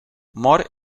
mor